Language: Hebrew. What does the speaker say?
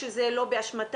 שזה לא באשמתם,